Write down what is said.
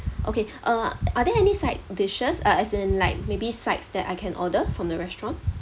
okay uh are there any side dishes uh as in like maybe sides that I can order from the restaurant